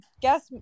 guess